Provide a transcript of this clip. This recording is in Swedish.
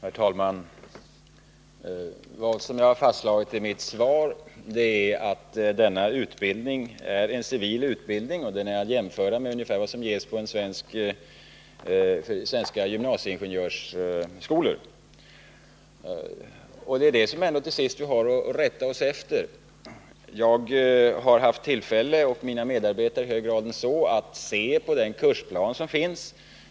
Herr talman! Vad jag har fastslagit i mitt svar är att denna utbildning är en civil utbildning, och den är att jämföra ungefär med den utbildning som ges vid svenska gymnasieingenjörsskolor. Det är det som vi till sist har att rätta oss efter. Jag och mina medarbetare har haft tillfälle att se den kursplan som finns.